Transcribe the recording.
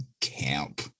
camp